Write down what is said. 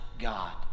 God